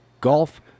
golf